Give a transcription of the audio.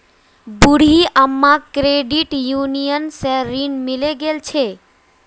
बूढ़ी अम्माक credit union स ऋण मिले गेल छ